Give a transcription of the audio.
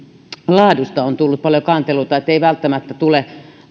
laadusta on tullut paljon kanteluita että ei välttämättä tule